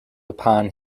upon